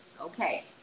Okay